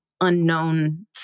unknown